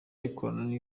ikoranye